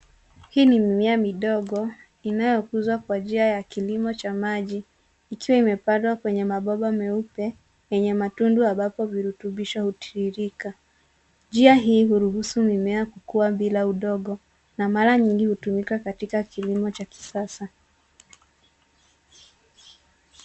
Hii ni mimea midogo inayokuzwa kwa njia ya kiimo cha maji ikiwa imepandwa kwenye mabomba meupe yenye matundu ambapo vurutubisho hutiririka. Njia hii huruhusu mimea kukua bila udongo na mara nyingi hutumika katika kilimo cha kisasa.